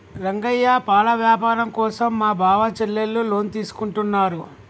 రంగయ్య పాల వ్యాపారం కోసం మా బావ చెల్లెలు లోన్ తీసుకుంటున్నారు